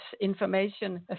information